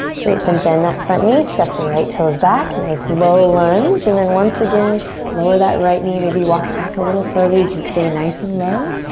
great, then bend that front knee. step the right toes back, nice low lunge. and then once again lower that right knee, maybe walk it back a little further. you can stay nice and low.